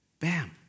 Bam